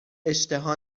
اشتها